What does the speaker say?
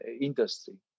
industry